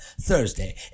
Thursday